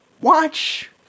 watch